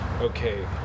Okay